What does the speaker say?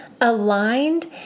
aligned